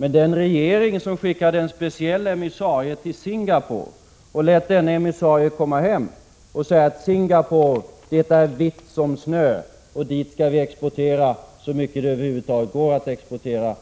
Men den regering som skickade en speciell emissarie till Singapore och lät denne emissarie komma hem och säga att Singapore är vitt som snö och att vi dit skall exportera så mycket som det över huvud taget går att exportera